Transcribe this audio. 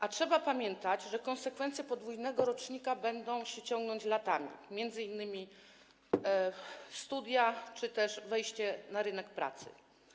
A trzeba pamiętać, że konsekwencje podwójnego rocznika będą się ciągnąć latami, m.in. chodzi o studia czy też wejście na rynek pracy.